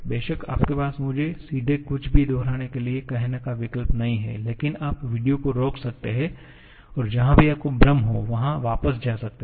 बेशक आपके पास मुझे सीधे कुछ भी दोहराने के लिए कहने का विकल्प नहीं है लेकिन आप वीडियो को रोक सकते हैं और जहां भी आपको भ्रम हो वहां वापस जा सकते हैं